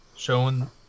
Showing